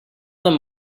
them